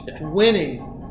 winning